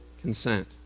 consent